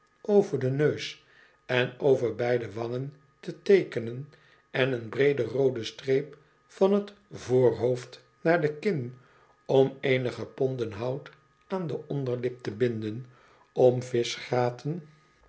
over den neus en over beide wangen te teekenen en een breede roode streep van t voorhoofd naar de kin om eenige ponden hout aan de onderlip te binden om vischgraten